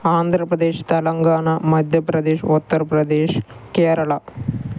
Andhra Pradesh Telangana Madhya Pradesh Uttar Pradesh Kerala